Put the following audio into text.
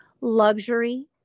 luxury